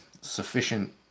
sufficient